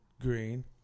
Green